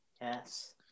Yes